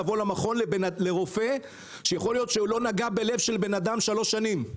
לבוא למכון לרופא שיכול להיות שלא נגע בלב של אדם כבר שלוש שנים?